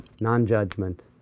non-judgment